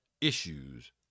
issues